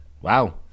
Wow